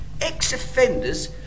ex-offenders